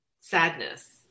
sadness